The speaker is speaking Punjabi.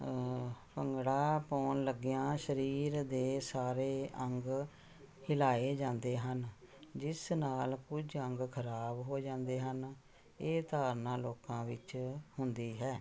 ਭੰਗੜਾ ਪਾਉਣ ਲੱਗਿਆ ਸਰੀਰ ਦੇ ਸਾਰੇ ਅੰਗ ਹਿਲਾਏ ਜਾਂਦੇ ਹਨ ਜਿਸ ਨਾਲ ਕੁਝ ਅੰਗ ਖ਼ਰਾਬ ਹੋ ਜਾਂਦੇ ਹਨ ਇਹ ਧਾਰਨਾ ਲੋਕਾਂ ਵਿੱਚ ਹੁੰਦੀ ਹੈ